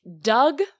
Doug